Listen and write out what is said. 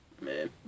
man